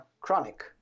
chronic